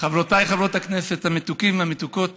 וחברותיי חברות הכנסת המתוקים והמתוקות